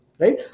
Right